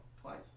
twice